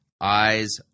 eyes